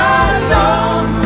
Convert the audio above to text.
alone